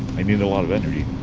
i need a lot of energy,